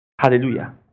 Hallelujah